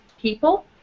people